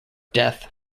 death